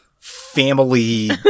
family